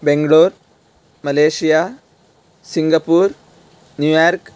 Bangalore Malaysia Singapore New York